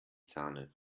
sahne